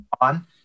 on